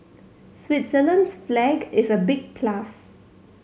Switzerland's flag is a big plus